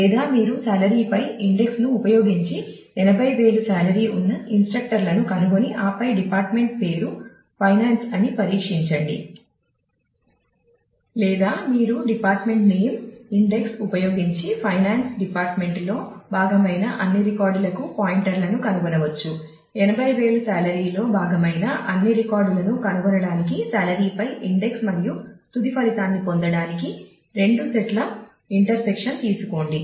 లేదా మీరు డిపార్ట్మెంట్ పేరు ఇండెక్స్ ఉపయోగించి ఫైనాన్స్ డిపార్టుమెంటు తీసుకోండి